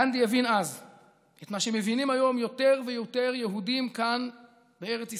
גנדי הבין אז את מה שהם מבינים היום יותר ויותר יהודים כאן בארץ ישראל,